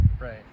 right